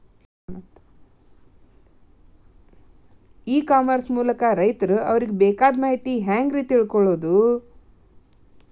E commerce ಮೂಲಕ ರೈತರು ಅವರಿಗೆ ಬೇಕಾದ ಮಾಹಿತಿ ಹ್ಯಾಂಗ ರೇ ತಿಳ್ಕೊಳೋದು?